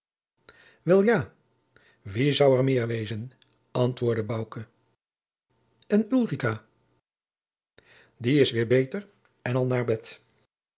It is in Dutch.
wel ja wie zou er meer wezen antwoordde bouke en ulrica die is weêr beter en al naar bed